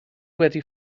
wedi